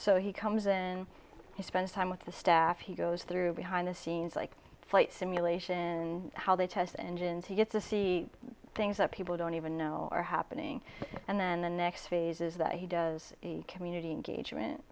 so he comes in he spends time with the staff he goes through behind the scenes like flight simulation how they test engineer to get to see things that people don't even know are happening and then the next phase is that he does community engagement